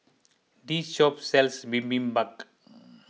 this shop sells Bibimbap